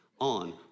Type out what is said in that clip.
on